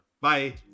Bye